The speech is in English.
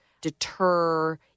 deter